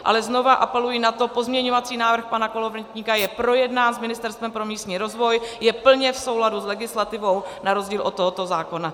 Ale znovu apeluji na to, pozměňovací návrh pana Kolovratníka je projednán s Ministerstvem pro místní rozvoj, je plně v souladu s legislativou, na rozdíl od tohoto zákona.